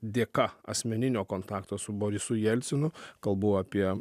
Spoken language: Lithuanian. dėka asmeninio kontakto su borisu jelcinu kalbu apie